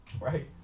right